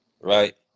right